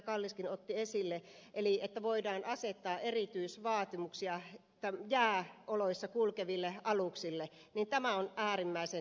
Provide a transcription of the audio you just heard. kalliskin otti esille että voidaan asettaa erityisvaatimuksia jääoloissa kulkeville aluksille on äärimmäisen tärkeää